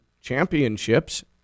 championships